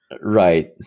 Right